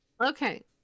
okay